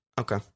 Okay